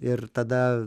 ir tada